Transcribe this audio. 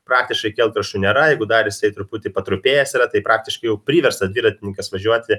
praktiškai kelkraščių nėra jeigu dar jisai truputį patrupėjęs yra tai praktiškai jau priverstas dviratininkas važiuoti